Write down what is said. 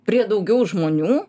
prie daugiau žmonių